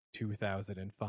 2005